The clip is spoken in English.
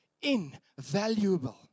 invaluable